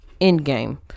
Endgame